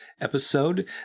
episode